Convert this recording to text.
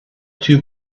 two